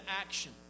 action